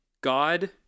God